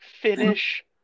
Finish